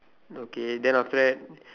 okay then after that